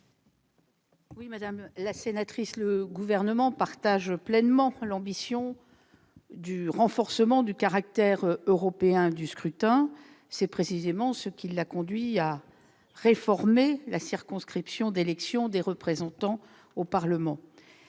? Madame la sénatrice, le Gouvernement partage pleinement l'ambition de renforcer le caractère européen du scrutin. C'est précisément ce qui l'a conduit à réformer la circonscription d'élection des représentants au Parlement